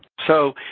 so,